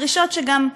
דרישות שגם כתובות,